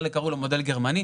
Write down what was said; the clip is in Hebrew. חלק קראו לו מודל גרמני,